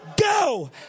Go